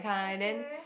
okay